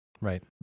Right